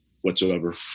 whatsoever